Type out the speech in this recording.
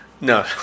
No